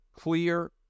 clear